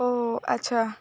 ଓ ଆଚ୍ଛା